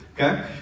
okay